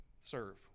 serve